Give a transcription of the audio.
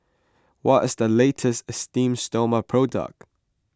what is the latest Esteem Stoma product